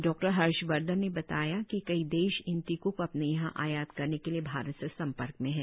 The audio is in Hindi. डॉक्टर हर्षवर्धन ने बताया कि कई देश इन टीकों को अपने यहां आयात करने के लिए भारत से संपर्क में हैं